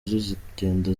zizagenda